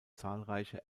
zahlreiche